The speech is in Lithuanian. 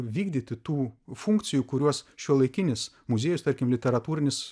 vykdyti tų funkcijų kuriuos šiuolaikinis muziejus tarkim literatūrinis